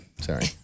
Sorry